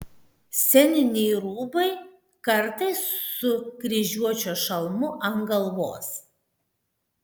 sceniniai rūbai kartais su kryžiuočio šalmu ant galvos